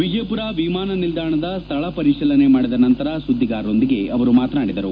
ವಿಜಯಪುರ ವಿಮಾನ ನಿಲ್ದಾಣದ ಸ್ಥಳ ಪರಿಶೀಲನೆ ಮಾಡಿದ ನಂತರ ಸುದ್ದಿಗಾರರೊಂದಿಗೆ ಅವರು ಮಾತನಾಡಿದರು